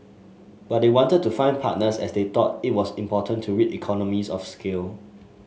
but they wanted to find partners as they thought it was important to reap economies of scale